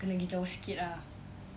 kena pergi jauh sikit ah